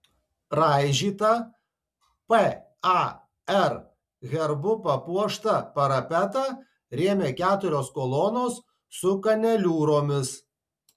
raižytą par herbu papuoštą parapetą rėmė keturios kolonos su kaneliūromis